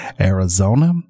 Arizona